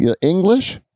English